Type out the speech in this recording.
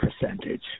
percentage